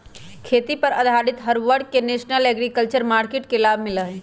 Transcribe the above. खेती पर आधारित हर वर्ग के नेशनल एग्रीकल्चर मार्किट के लाभ मिला हई